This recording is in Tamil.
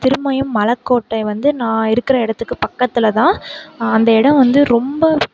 திருமயம் மலக்கோட்டை வந்து நான் இருக்கிற இடத்துக்கு பக்கத்திலதான் அந்த எடம் வந்து ரொம்ப